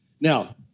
Now